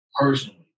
personally